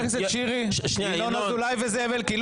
חבר הכנסת שירי, ינון אזולאי וזאב אלקין.